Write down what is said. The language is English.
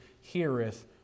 heareth